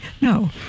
No